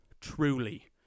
truly